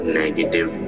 negative